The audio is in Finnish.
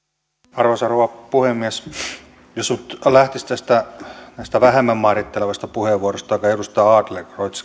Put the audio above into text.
arvoisa rouva puhemies jos nyt lähtisi tästä vähemmän mairittelevasta puheenvuorosta jonka edustaja adlercreutz